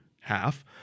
half